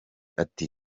ati